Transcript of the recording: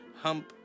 hump